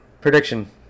prediction